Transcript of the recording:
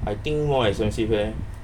I think more expensive eh